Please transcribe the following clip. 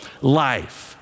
life